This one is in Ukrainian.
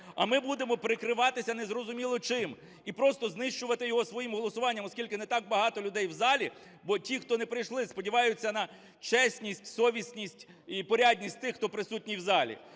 а ми будемо прикриватися незрозуміло чим і просто знищувати його своїм голосуванням, оскільки не так багато людей в залі, бо ті, хто не прийшли, сподіваються на чесність, совісність і порядність тих, хто присутній в залі,